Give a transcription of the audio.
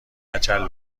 کچل